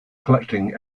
collecting